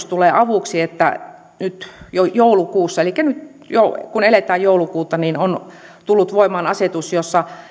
tulee avuksi nyt jo joulukuussa elikkä nyt kun eletään joulukuuta on tullut voimaan asetus jossa